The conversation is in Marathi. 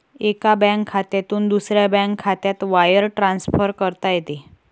एका बँक खात्यातून दुसऱ्या बँक खात्यात वायर ट्रान्सफर करता येते